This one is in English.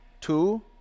Two